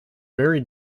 very